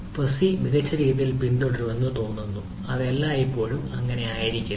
fuzzy മികച്ച രീതിയിൽ പിന്തുടരുന്നുവെന്ന് തോന്നുന്നു അത് എല്ലായ്പ്പോഴും അങ്ങനെയായിരിക്കില്ല